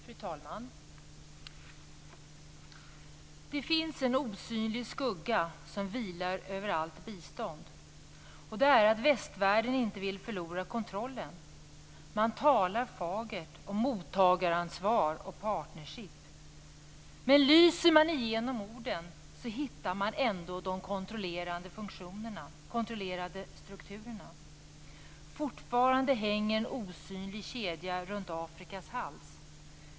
Fru talman! "Det finns en osynlig skugga som vilar över allt bistånd. Och det är att västvärlden inte vill förlora kontrollen. Man talar fagert om 'mottagaransvar' och 'partnership'. Men lyser man igenom orden så hittar man ändå de kontrollerande strukturerna. Fortfarande hänger en osynlig kedja runt Afrikas hals.